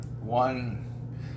one